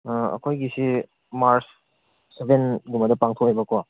ꯑꯩꯈꯣꯏꯒꯤꯁꯦ ꯃꯥꯔꯁ ꯁꯦꯚꯦꯟꯒꯨꯝꯕꯗ ꯄꯥꯡꯊꯣꯛꯑꯦꯕꯀꯣ